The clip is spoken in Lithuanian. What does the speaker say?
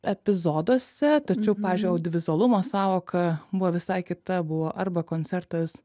epizoduose tačiau pavyzdžiui audiovizualumo sąvoka buvo visai kita buvo arba koncertas